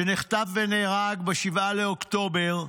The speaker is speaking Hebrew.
שנחטף ונהרג ב-7 באוקטובר.